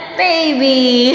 baby